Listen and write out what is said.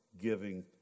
giving